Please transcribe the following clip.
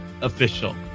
official